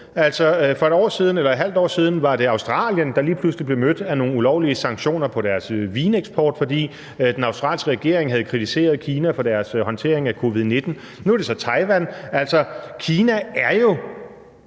Altså, for et halvt år siden var det Australien, der lige pludselig blev mødt af nogle ulovlige sanktioner på deres vineksport, fordi den australske regering havde kritiseret Kina for deres håndtering af covid-19. Nu er det så Taiwan. Altså, Kina er jo